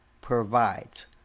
provides